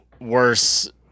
worse